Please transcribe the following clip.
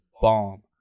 bomb